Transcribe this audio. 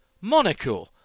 Monaco